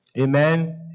Amen